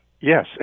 yes